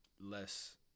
less